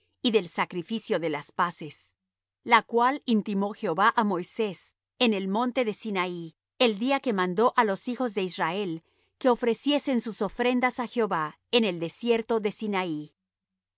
y del sacrificio de las paces la cual intimó jehová á moisés en el monte de sinaí el día que mandó á los hijos de israel que ofreciesen sus ofrendas á jehová en el desierto de sinaí